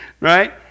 Right